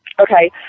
Okay